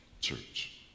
Church